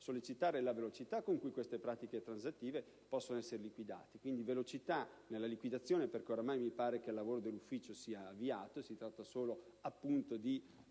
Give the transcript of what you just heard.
ancora) la velocità con cui queste pratiche transattive possono essere liquidate. Quindi, si chiede velocità nella liquidazione (perché mi pare che ormai il lavoro dell'ufficio sia avviato: si tratta solo, appunto, di